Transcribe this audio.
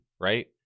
right